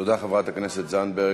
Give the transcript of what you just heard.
תודה, חברת הכנסת זנדברג.